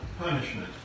punishment